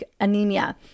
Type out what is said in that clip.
anemia